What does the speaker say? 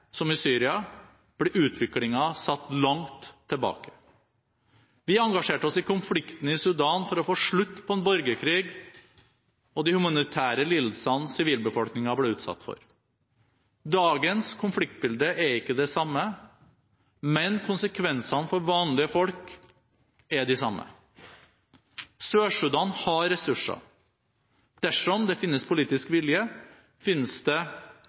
som i Syria – blir utviklingen satt langt tilbake. Vi engasjerte oss i konflikten i Sudan for å få slutt på en borgerkrig og de humanitære lidelsene sivilbefolkningen ble utsatt for. Dagens konfliktbilde er ikke det samme, men konsekvensene for vanlige folk er de samme. Sør-Sudan har ressurser. Dersom det finnes politisk vilje, finnes det